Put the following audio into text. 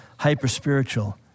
hyper-spiritual